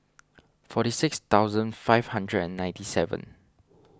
forty six thousand five hundred and ninety seven